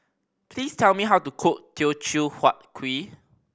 please tell me how to cook Teochew Huat Kuih